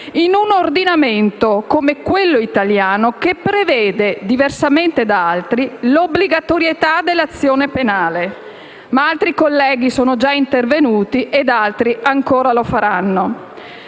in un ordinamento come quello italiano che prevede - diversamente da altri - l'obbligatorietà dell'azione penale. Ma altri colleghi sono già intervenuti ed altri ancora lo faranno.